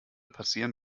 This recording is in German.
passieren